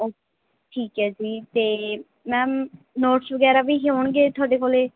ਓ ਠੀਕ ਹੈ ਜੀ ਅਤੇ ਮੈਮ ਨੋਟਸ ਵਗੈਰਾ ਵੀ ਹੋਣਗੇ ਤੁਹਾਡੇ ਕੋਲ